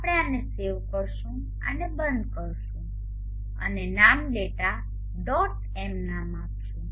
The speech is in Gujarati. આપણે આને સેવ કરીશું આને બંધ કરીશું અને આને નામ ડેટા ડોટ એમ નામ આપીશું